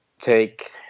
take